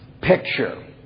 picture